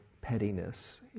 pettiness